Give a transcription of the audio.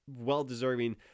well-deserving